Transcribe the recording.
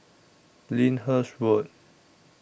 Lyndhurst Road